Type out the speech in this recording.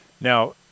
Now